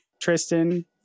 tristan